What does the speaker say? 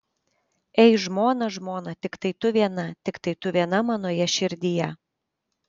ei žmona žmona tiktai tu viena tiktai tu viena manoje širdyje